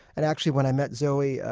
and actually, when i met zoe,